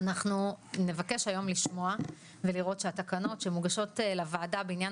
אנחנו נבקש היום לשמוע ולראות שהתקנות שמוגשות לוועדה בעניין